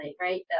right